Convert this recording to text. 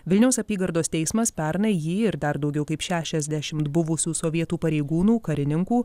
vilniaus apygardos teismas pernai jį ir dar daugiau kaip šešiasdešimt buvusių sovietų pareigūnų karininkų